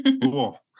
Cool